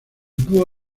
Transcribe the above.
dúo